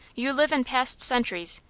you live in past centuries.